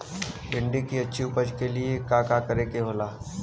भिंडी की अच्छी उपज के लिए का का करे के होला?